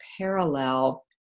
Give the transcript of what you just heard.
parallel